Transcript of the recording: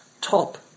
top